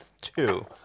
Two